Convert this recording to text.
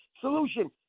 solution